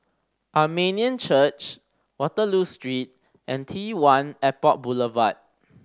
Armenian Church Waterloo Street and T Airport Boulevard